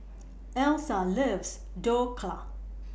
Elsa loves Dhokla